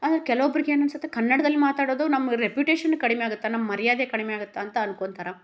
ಅಂದ್ರೆ ಕೆಲವೊಬ್ರಿಗೆ ಏನನ್ಸುತ್ತೆ ಕನ್ನಡ್ದಲ್ಲಿ ಮಾತಾಡೋದು ನಮ್ಮ ರೆಪ್ಯುಟೇಷನ್ ಕಡಿಮೆ ಆಗುತ್ತೆ ನಮ್ಮ ಮರ್ಯಾದೆ ಕಡಿಮೆ ಆಗುತ್ತೆ ಅಂತ ಅನ್ಕೊಳ್ತಾರೆ